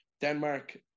Denmark